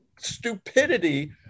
stupidity